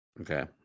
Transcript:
Okay